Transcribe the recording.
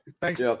Thanks